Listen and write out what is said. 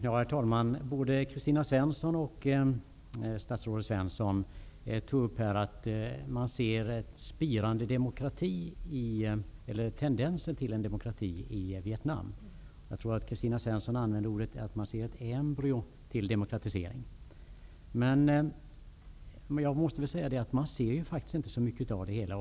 Herr talman! Både Kristina Svensson och statsrådet Alf Svensson tog upp detta att man ser tendenser till en demokrati i Vietnam. Jag tror att Kristina Svensson använde sig av uttrycket att man ser ett embryo till en demokratisering. Men jag tycker inte att man ser så mycket av det hela.